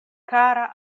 kara